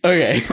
Okay